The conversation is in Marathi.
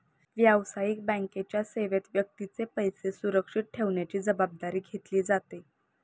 व्यावसायिक बँकेच्या सेवेत व्यक्तीचे पैसे सुरक्षित ठेवण्याची जबाबदारी घेतली जाते